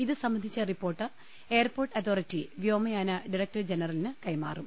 ഇത് സംബന്ധിച്ച report airport authority വ്യോമയാന ഡ്യറക്ടർ ജനറലിന് കൈമാറും